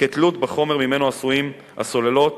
כתלות בחומר שממנו עשויים הסוללות